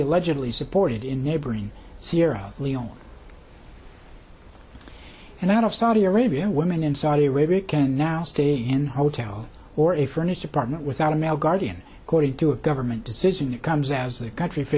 allegedly supported in neighboring sierra leone and then out of saudi arabia women in saudi arabia can now stay in hotels or a furnished apartment without a male guardian according to a government decision it comes as the country f